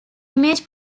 image